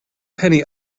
penny